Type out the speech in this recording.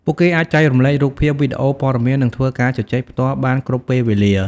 ពួកគេអាចចែករំលែករូបភាព វីដេអូ ព័ត៌មាន និងធ្វើការជជែកផ្ទាល់បានគ្រប់ពេលវេលា ។